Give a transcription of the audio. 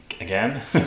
again